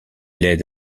aide